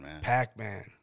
Pac-Man